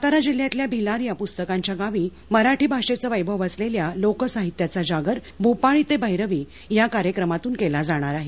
सातारा जिल्ह्यातल्या भिलार या पुस्तकाच्या गावी मराठी भाषेचे वैभव असलेल्या लोकसाहित्याचा जागर भूपाळी ते भैरवी या कार्यक्रमातून केला जाणार आहे